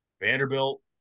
Vanderbilt